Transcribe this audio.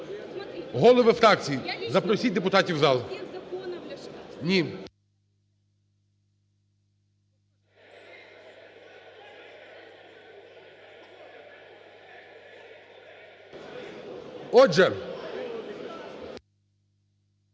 Голови фракцій, запросіть депутатів в зал. Отже,